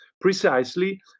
precisely